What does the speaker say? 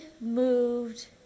moved